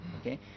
Okay